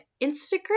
Instagram